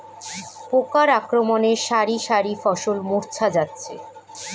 পোকার আক্রমণে শারি শারি ফসল মূর্ছা যাচ্ছে